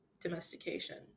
domestication